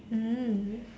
mm